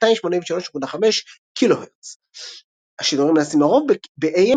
עד 283.5KHz. השידורים נעשים לרוב ב-AM